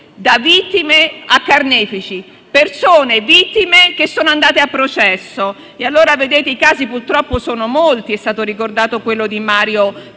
da vittime a carnefici, persone - vittime - che sono andate a processo. I casi purtroppo sono molti: è stato ricordato quello di Mario Cattaneo,